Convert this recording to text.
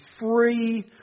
free